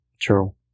True